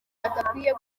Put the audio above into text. batagakwiye